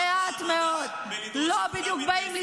לא רק שיש גם היום,